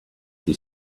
you